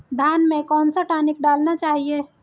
धान में कौन सा टॉनिक डालना चाहिए?